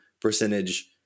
percentage